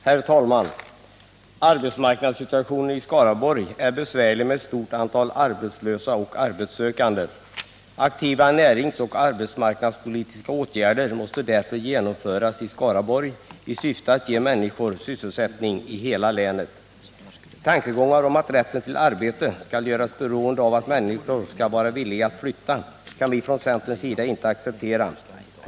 Herr talman! Arbetsmarknadssituationen i Skaraborgs län är besvärlig med ett stort antal arbetslösa och arbetssökande. Aktiva näringsoch arbetsmarknadspolitiska åtgärder måste därför genomföras i Skaraborgs län i syfte att ge människor sysselsättning i hela länet. Tankegången att rätten till arbete skall göras beroende av att människor är villiga att flytta kan vi från centerns sida inte acceptera.